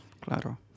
Claro